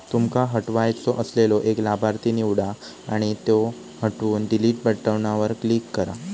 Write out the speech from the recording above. तुमका हटवायचो असलेलो एक लाभार्थी निवडा आणि त्यो हटवूक डिलीट बटणावर क्लिक करा